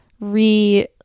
re